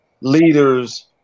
leaders